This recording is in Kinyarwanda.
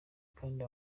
kandi